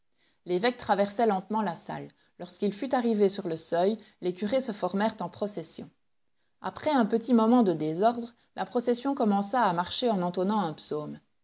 l'évêque traversait lentement la salle lorsqu'il fut arrivé sur le seuil les curés se formèrent en procession après un petit moment de désordre la procession commença à marcher en entonnant un psaume